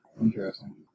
Interesting